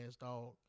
dog